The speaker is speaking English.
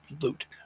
loot